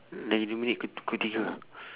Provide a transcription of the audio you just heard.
dah lima minit kul kul tiga